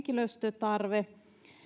henkilöstötarve